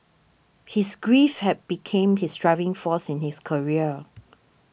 his grief had became his driving force in his career